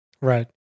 Right